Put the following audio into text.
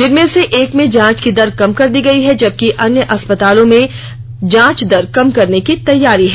जिनमें से एक में जांच की दर कम कर दी गई है जबकि अन्य अस्पतालों में जांच दर कम करने की तैयारी है